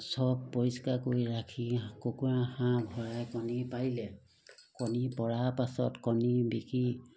চব পৰিষ্কাৰ কৰি ৰাখি কুকুৰা হাঁহ ভৰাই কণী পাৰিলে কণী পৰা পাছত কণী বিকি